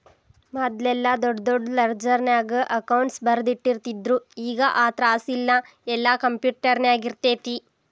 ಮದ್ಲೆಲ್ಲಾ ದೊಡ್ ದೊಡ್ ಲೆಡ್ಜರ್ನ್ಯಾಗ ಅಕೌಂಟ್ಸ್ ಬರ್ದಿಟ್ಟಿರ್ತಿದ್ರು ಈಗ್ ಆ ತ್ರಾಸಿಲ್ಲಾ ಯೆಲ್ಲಾ ಕ್ಂಪ್ಯುಟರ್ನ್ಯಾಗಿರ್ತೆತಿ